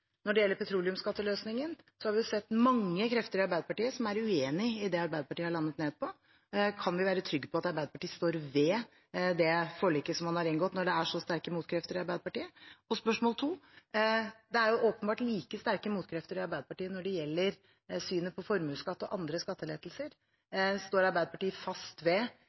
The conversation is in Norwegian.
Når det gjelder petroleumsskatteløsningen, har vi jo sett at det er mange krefter i Arbeiderpartiet som er uenig i det som Arbeiderpartiet har landet på. Kan vi være trygg på at Arbeiderpartiet står ved det forliket man har inngått, når det er så sterke motkrefter i Arbeiderpartiet? Det er åpenbart like sterke motkrefter i Arbeiderpartiet når det gjelder synet på formuesskatt og andre skattelettelser. Står Arbeiderpartiet fast ved